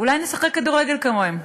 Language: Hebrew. אולי נשחק כדורגל כמוהם.